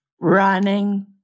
running